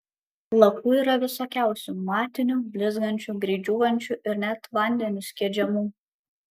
lakų yra visokiausių matinių blizgančių greit džiūvančių ir net vandeniu skiedžiamų